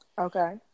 okay